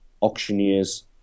auctioneers